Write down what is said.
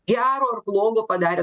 gero ir blogo padarė